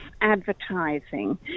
advertising